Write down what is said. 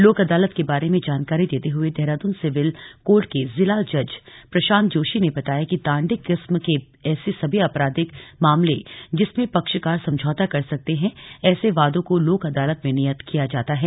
लोक अदालत के बारे में जानकारी देते हुए देहरादून सिविल कोर्ट के जिला जज प्रशांत जोशी ने बताया कि दांडिक किस्म के ऐसे सभी अपराधिक मामले जिसमें पक्षकार समझौता कर सकते हैं ऐसे वादों को लोक अदालत में नियत किया जाता है